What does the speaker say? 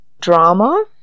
Drama